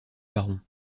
baron